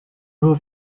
nur